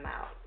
out